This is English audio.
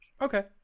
Okay